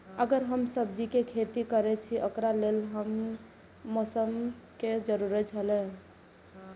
अगर हम सब्जीके खेती करे छि ओकरा लेल के हन मौसम के जरुरी छला?